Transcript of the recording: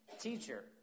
Teacher